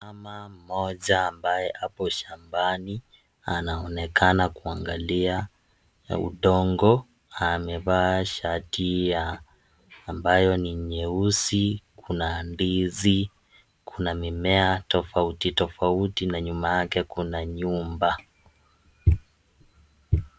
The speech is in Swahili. Mama mmoja ambaye hapo shambani, anaonekana kuangalia udongo, amevaa shati ya ambayo ni nyeusi, kuna ndizi, kuna mimea tofauti tofauti na nyuma yake kuna nyumba.